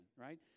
right